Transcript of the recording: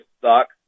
sucks